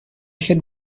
had